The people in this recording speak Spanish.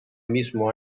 mismo